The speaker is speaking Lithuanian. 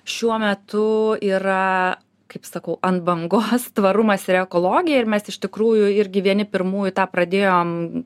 šiuo metu yra kaip sakau ant bangos tvarumas ir ekologija ir mes iš tikrųjų irgi vieni pirmųjų tą pradėjom